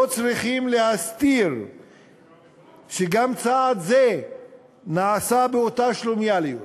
צריכות להסתיר שגם צעד זה נעשה באותה שלומיאליות,